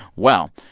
well,